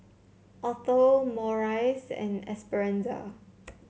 Othel Maurice and Esperanza